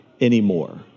anymore